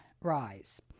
rise